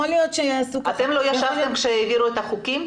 אתם לא ישבתם כשהעבירו את החוקים?